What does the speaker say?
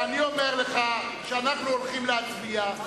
אני אומר לך שאנחנו הולכים להצביע,